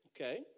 Okay